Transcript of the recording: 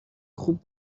خوب